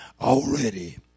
already